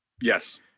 Yes